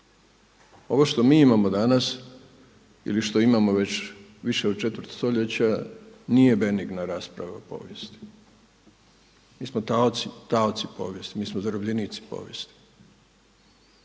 Ovo što mi imamo danas ili što imamo već više od četvrt stoljeća nije benigna rasprava o povijesti. Mi smo taoci povijesti, mi smo zarobljenici povijesti.